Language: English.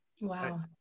Wow